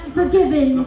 forgiven